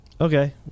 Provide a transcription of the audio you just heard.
Okay